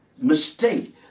mistake